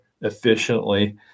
efficiently